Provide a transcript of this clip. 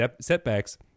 setbacks